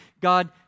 God